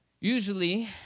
Usually